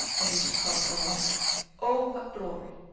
and which is called ceylon oh, what glory!